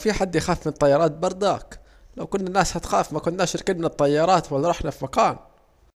في حد يخاف من الطيارات برضاك! لو كنا نخاف مكناش ركبنا الطيارات ولا روحنا في مكان